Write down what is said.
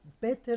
better